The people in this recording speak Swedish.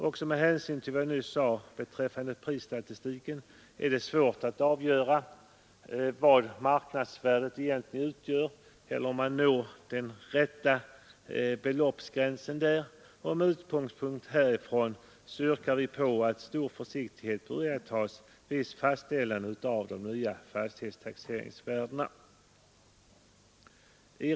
Också med hänsyn till det jag nyss sade beträffande prisstatistiken är det svårt att avgöra vad marknadsvärdet egentligen utgör — alltså var man når den rätta beloppsgränsen — och med utgångspunkt häri yrkar vi på att stor försiktighet bör iakttagas vid fastställande av de nya fastighetstaxeringsvärdena.